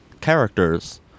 characters